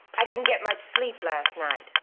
i didn't get much sleep last night.